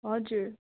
हजुर